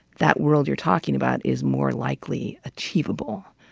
that world you're talking about is more likely achievable.